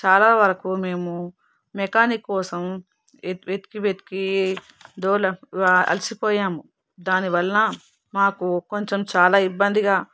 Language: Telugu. చాలావరకు మేము మెకానిక్ కోసం వెతికి వెతికి తోగు అలసిపోయాము దానివలన మాకు కొంచెం చాలా ఇబ్బందిగా